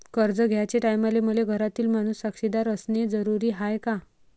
कर्ज घ्याचे टायमाले मले घरातील माणूस साक्षीदार असणे जरुरी हाय का?